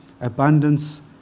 abundance